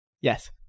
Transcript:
Yes